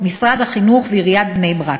משרד החינוך ועיריית בני-ברק.